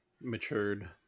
matured